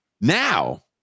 Now